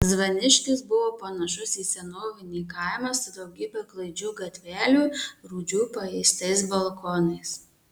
zvaniškis buvo panašus į senovinį kaimą su daugybe klaidžių gatvelių rūdžių paėstais balkonais